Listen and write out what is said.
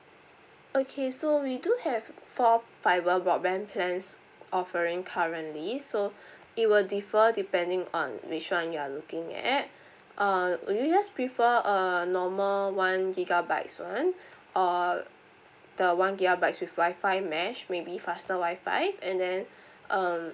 okay so we do have four fiber broadband plans offering currently so it will differ depending on which one you are looking at uh would you guys prefer err normal one gigabytes one or the one gigabytes with WI-FI mesh maybe faster WI-FI and then um